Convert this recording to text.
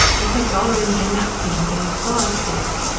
and kept hollerin' for napkins and his firesticks.